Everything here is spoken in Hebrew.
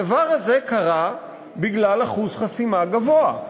הדבר הזה קרה בגלל אחוז חסימה גבוה.